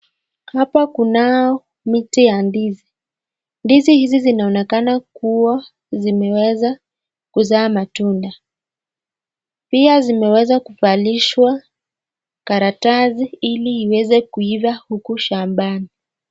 Hapa kunao miti ya ndizi ya ndizi. Ndizi hizi zinaonekana kuwa zimeweza, kuzaa matunda pia zimeweza kuvalishwa karatasi ili iweze kuiva huku shambani.